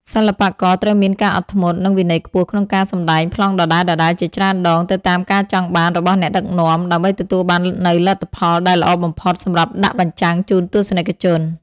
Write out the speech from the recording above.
សិល្បករត្រូវមានការអត់ធ្មត់ និងវិន័យខ្ពស់ក្នុងការសម្ដែងប្លង់ដដែលៗជាច្រើនដងទៅតាមការចង់បានរបស់អ្នកដឹកនាំ ដើម្បីទទួលបាននូវលទ្ធផលដែលល្អបំផុតសម្រាប់ដាក់បញ្ចាំងជូនទស្សនិកជន។